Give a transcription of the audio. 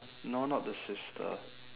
no not the sister